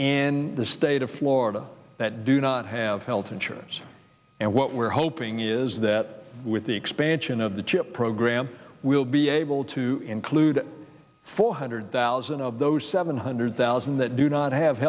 in the state of florida that do not have health insurance and what we're hoping is that with the expansion of the chip program we'll be able to include four hundred thousand of those seven hundred thousand that do not have